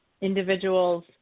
individuals